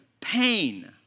pain